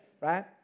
Right